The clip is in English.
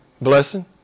Blessing